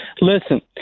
Listen